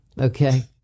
okay